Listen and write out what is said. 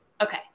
okay